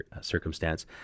circumstance